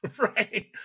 Right